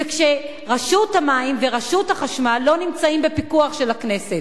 וכשרשות המים ורשות החשמל לא נמצאות בפיקוח של הכנסת?